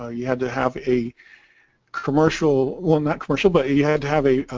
ah you had to have a commercial, well not commercial but you had to have a